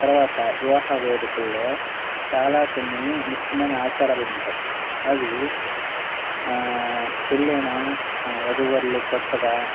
తరవాత వివాహ వేడుకల్లో చాలా కొన్ని ముఖ్యమైన ఆచారాలు ఉంటాయి అవి పెళ్ళైన వధూవరులు కొత్తగా